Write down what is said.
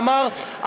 ואמר,